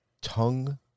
Tongue